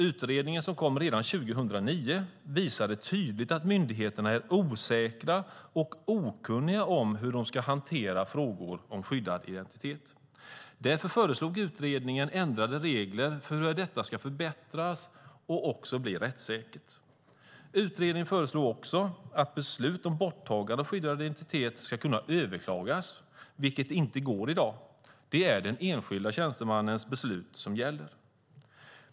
Utredningens förslag, som kom redan 2009, visade tydligt att myndigheterna är osäkra och okunniga om hur de ska hantera frågor om skyddad identitet. Därför föreslog utredningen ändrade regler för hur detta ska förbättras och också bli rättssäkert. Utredningen föreslog också att beslut om borttagande av skyddad identitet ska kunna överklagas, vilket inte går i dag. Det är den enskilda tjänstemannens beslut som gäller.